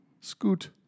Scoot